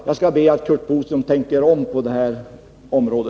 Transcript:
Jag ber Curt Boström att tänka om på detta område.